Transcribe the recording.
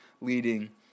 leading